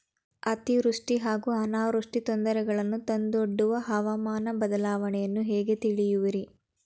ಅತಿವೃಷ್ಟಿ ಹಾಗೂ ಅನಾವೃಷ್ಟಿ ತೊಂದರೆಗಳನ್ನು ತಂದೊಡ್ಡುವ ಹವಾಮಾನ ಬದಲಾವಣೆಯನ್ನು ಹೇಗೆ ತಿಳಿಯುವಿರಿ?